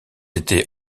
été